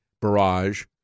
barrage